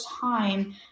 time